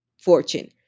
fortune